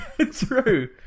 True